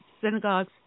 synagogues